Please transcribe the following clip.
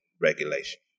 regulation